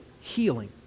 healing